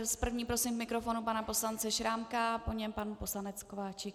S první prosím k mikrofonu pana poslance Šrámka, po něm pan poslanec Kováčik.